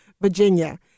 Virginia